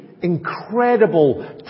Incredible